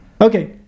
Okay